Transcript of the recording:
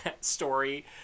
story